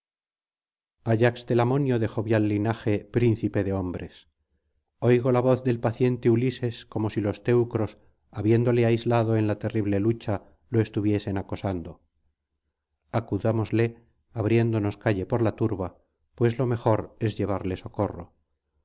ayax telamonio de jovial linaje príncipe de hombres oigo la voz del paciente ulises como si los teucros habiéndole aislado en la terrible lucha lo estuviesen acosando acudámosle abriéndonos calle por la turba pues lo mejor es llevarle socorro